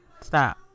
stop